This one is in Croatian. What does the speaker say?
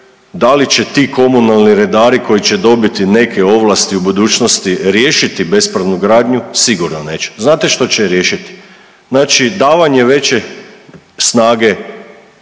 da li će ti komunalni redari koji će dobiti neke ovlasti u budućnosti riješiti bespravnu gradnju? Sigurno neće. Znate što će riješiti? Znači davanje veće snage